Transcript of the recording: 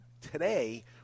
Today